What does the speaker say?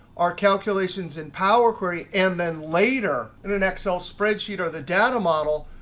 our calculations in power query and then later in an excel spreadsheet or the data model,